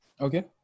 Okay